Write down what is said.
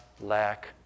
lack